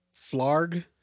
Flarg